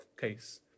case